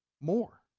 more